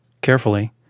carefully